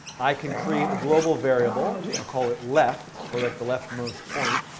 i can create a global variable. i'll call it left, for like the leftmost point.